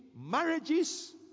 marriages